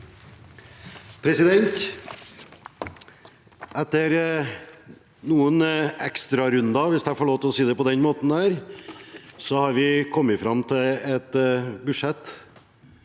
Etter noen ekstra- runder – hvis jeg får lov til å si det på den måten – har vi kommet fram til et budsjett